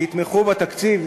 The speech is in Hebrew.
שיתמכו בתקציב?